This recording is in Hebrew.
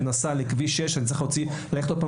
נסע לכביש 6 ואני שוב צריך להוציא צו?